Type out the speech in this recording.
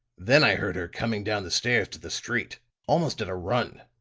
then i heard her coming down the stairs to the street almost at a run.